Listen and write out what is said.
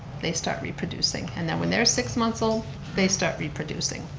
they start reproducing and then when they're six months old they start reproducing.